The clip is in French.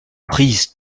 prise